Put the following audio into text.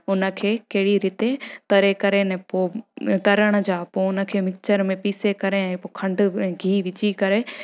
उन खे कहिड़ी रीति तरे करे ने पोइ तरण जा पोइ उन खे मिक्सर में पीसी करे खंड ऐं गिह विझी करे